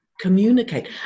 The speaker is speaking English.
communicate